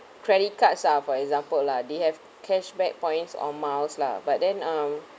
credit cards ah for example lah they have cashback points or miles lah but then um